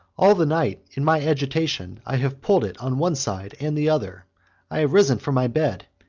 all the night, in my agitation, i have pulled it on one side and the other i have risen from my bed,